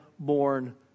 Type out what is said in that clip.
born